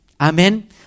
Amen